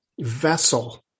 vessel